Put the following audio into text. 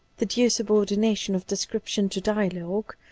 the due subordination of description to dialogue,